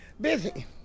Busy